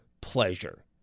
pleasure